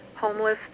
homeless